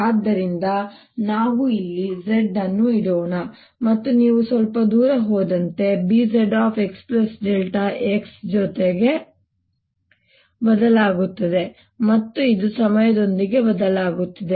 ಆದ್ದರಿಂದ ನಾವು ಇಲ್ಲಿ z ಅನ್ನು ಇಡೋಣ ಮತ್ತು ನೀವು ಸ್ವಲ್ಪ ದೂರ ಹೋದಂತೆ ಅದು Bzx x ಜೊತೆಗೆ ಗೆ ಬದಲಾಗುತ್ತದೆ ಮತ್ತು ಇದು ಸಮಯದೊಂದಿಗೆ ಬದಲಾಗುತ್ತಿದೆ